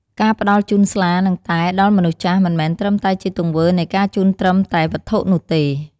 ការផ្តល់ជូនស្លា និងតែ ដល់មនុស្សចាស់ មិនមែនត្រឹមតែជាទង្វើនៃការជូនត្រឹមតែវត្ថុនោះទេ។